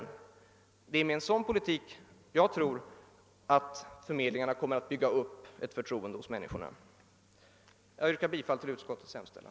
Det är med en sådan politik jag tror att förmedlingarna kommer att bygga upp ett förtroende hos människorna. Jag yrkar bifall till utskottets hemställan.